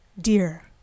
dear